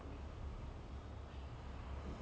it can't just be like a